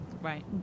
right